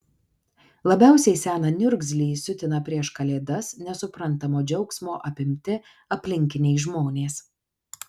labiausiai seną niurzglį siutina prieš kalėdas nesuprantamo džiaugsmo apimti aplinkiniai žmonės